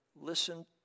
listen